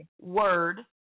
word